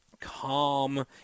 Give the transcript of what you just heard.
calm